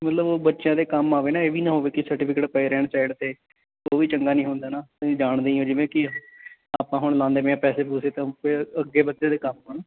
ਮਤਲਬ ਬੱਚਿਆਂ ਦੇ ਕੰਮ ਆਵੇ ਨਾ ਇਹ ਵੀ ਨਾ ਹੋਵੇ ਕਿ ਸਰਟੀਫਿਕੇਟ ਪਏ ਰਹਿਣ ਸਾਈਡ 'ਤੇ ਉਹ ਵੀ ਚੰਗਾ ਨਹੀਂ ਹੁੰਦਾ ਨਾ ਤੁਸੀਂ ਜਾਣਦੇ ਹੀ ਹੋ ਜਿਵੇਂ ਕਿ ਆਪਾਂ ਹੁਣ ਲਗਾਉਂਦੇ ਪਏ ਹਾਂ ਪੈਸੇ ਪੂਸੇ ਤਾਂ ਅੱਗੇ ਬੱਚਿਆਂ ਦੇ ਕੰਮ ਆਉਣ